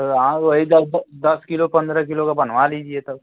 तो वहाँ वही दस दस किलो पंद्रह किलो की बनवा लीजिए तब